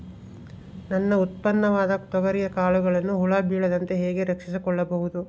ನನ್ನ ಉತ್ಪನ್ನವಾದ ತೊಗರಿಯ ಕಾಳುಗಳನ್ನು ಹುಳ ಬೇಳದಂತೆ ಹೇಗೆ ರಕ್ಷಿಸಿಕೊಳ್ಳಬಹುದು?